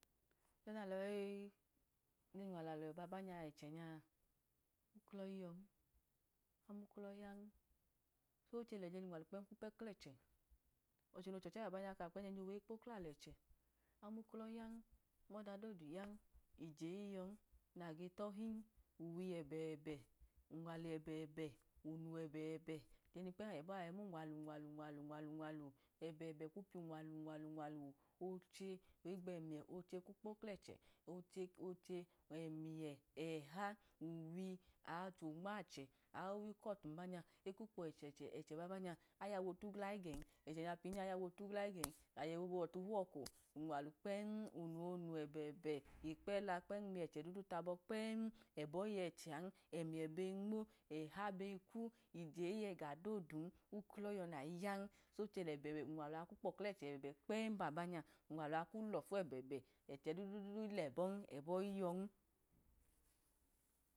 Ẹ nalọ yọyi hunwalu babanya ẹchẹ nya, uklọ iyọ, muklọ yan, so ochẹ hunwalu kpen kwupẹ, klẹchẹ, ọchẹ no chọchẹ babanya kwu ẹjejowa ikpo klalẹchẹ, amuklọ yan anọdadodu yan, ije iyọ nage totin, uwi ẹbẹbẹ unwalu ẹbẹbẹ, unu ẹbẹbẹ todundọlẹ babanya unwalu, unwalu, unwalu, unwalu, ẹbẹbẹ kwu piya unwalu unwalu unwalu, oche oligbo ẹrniyẹ oche kwu kpo klẹchẹ, ọchẹ, ochẹ, ẹmiyẹ, ẹha, uwo, ochẹ onmachẹ aoyukọtu ni bnay ekwu kpọ ẹcọẹ, ẹchẹ babanya ayamu ote glagẹn ẹchẹ nya pinya ayawu ote glagen, aji yẹ bobu ọte hukwoko unwalu kpen umu onu ẹbẹbẹ ikpẹln kpem miyẹchẹ dudu tabọ kpem, ẹbọ iyọ ẹchẹan, emiyẹ be nmo, eha be kmu, ije iyọ ega dodun, uklọ iyọ nayi yan, ochẹ ẹbẹbẹ idanwalu a kmu kpọklẹchẹ ẹbẹbẹ, ẹchẹ a dadu ilẹbọn, ẹbọ iyọn.